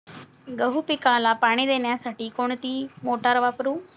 गहू पिकाला पाणी देण्यासाठी कोणती मोटार वापरू?